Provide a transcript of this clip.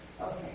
Okay